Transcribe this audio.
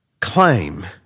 claim